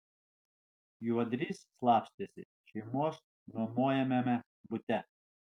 juodrys slapstėsi šeimos nuomojamame bute